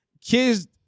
Kids